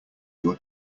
your